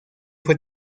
fue